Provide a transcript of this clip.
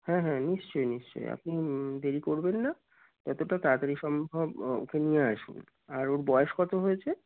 হ্যাঁ হ্যাঁ নিশ্চয়ই নিশ্চই আপনি দেরি করবেন না যতটা তাাতাড়ি সম্ভব ওকে নিয়ে আসবেন আর ওর বয়স কত হয়েছে